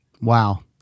wow